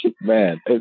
Man